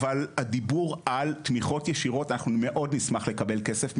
אבל הדיבור על תמיכות ישירות אנחנו מאוד נשמח לקבל כסף,